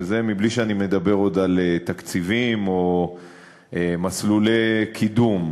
וזה מבלי שאני מדבר עוד על תקציבים או מסלולי קידום.